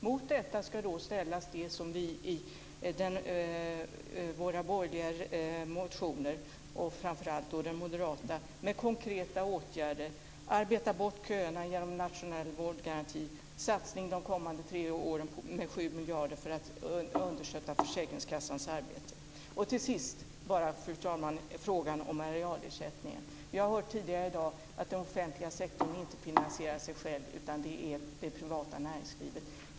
Mot detta ska då ställas våra borgerliga motioner och framför allt den moderata med konkreta åtgärder. Man ska arbeta bort köerna genom en nationell vårdgaranti. Det ska vara en satsning under de kommande tre åren med 7 miljarder för att understödja försäkringskassans arbete. Till sist, fru talman, ska jag bara ta upp frågan om arealersättningen. Vi har tidigare i dag hört att den offentliga sektorn inte finansierar sig själv, utan det är det privata näringslivet som gör det.